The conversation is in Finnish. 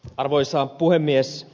arvoisa puhemies